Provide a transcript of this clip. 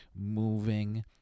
moving